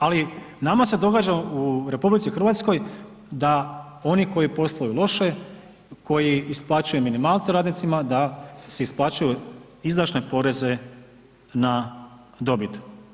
Ali nama se događa u RH da oni koji posluju loše, koji isplaćuju minimalce radnicima da si isplaćuju izdašne poreze na dobit.